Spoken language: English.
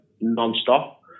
non-stop